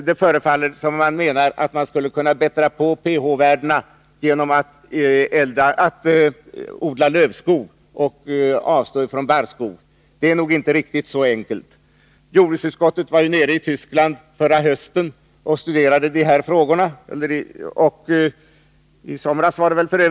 Det förefaller som om vissa menar att man skulle kunna förbättra pH-värdena genom att odla lövskog och avstå från barrskog. Det är nog inte riktigt så enkelt. Jordbruksutskottet var i somras i Tyskland och studerade dessa frågor.